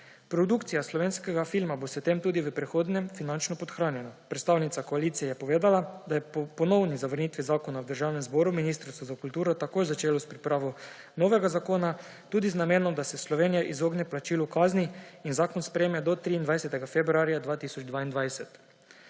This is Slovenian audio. Produkcija slovenskega filma bo s tem tudi v prihodnje finančno podhranjena. Predstavnica koalicije je povedala, da je ob ponovni zavrnitvi zakona v Državnem zboru Ministrstvo za kulturo takoj začelo s pripravo novega zakona, tudi z namenom, da se Slovenija izogne plačilu kazni in zakon sprejme do 23. februarja 2022.